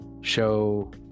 show